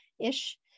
ish